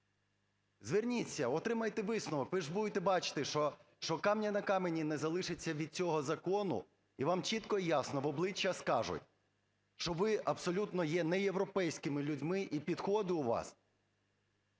Зверніться, отримайте висновок, ви ж будете бачити, що каменя на камені не залишиться від цього закону, і вам чітко і ясно в обличчя скажуть, що ви абсолютно є неєвропейськими людьми і підходи у вас…